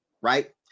right